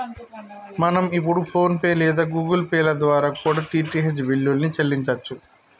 మనం ఇప్పుడు phone pay లేదా గుగుల్ పే ల ద్వారా కూడా డీ.టీ.హెచ్ బిల్లుల్ని చెల్లించచ్చు